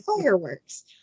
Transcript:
fireworks